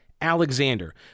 Alexander